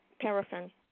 paraffin